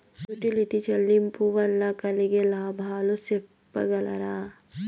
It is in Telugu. యుటిలిటీ చెల్లింపులు వల్ల కలిగే లాభాలు సెప్పగలరా?